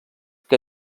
que